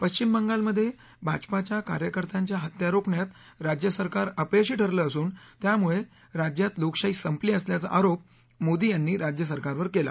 पश्चिम बंगालमध्ये भाजपाच्या कार्यकत्यांच्या हत्या रोखण्यात राज्यसरकार अपयशी ठरलं असून त्यामुळे राज्यात लोकशाही संपली असल्याचा आरोप मोदी यांनी राज्यसरकारवर केला